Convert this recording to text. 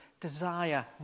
desire